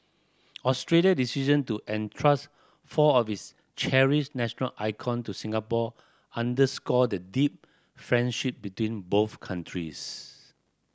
Australia's decision to entrust four of its cherished national icon to Singapore underscore the deep friendship between both countries